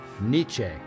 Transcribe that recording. Nietzsche